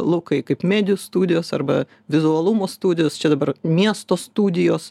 laukai kaip medijų studijos arba vizualumo studijos čia dabar miesto studijos